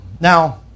Now